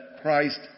Christ